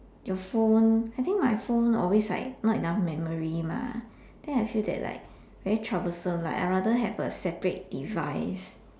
your phone I think my phone always like not enough memory mah then I feel that like very troublesome like I'd rather have a separate device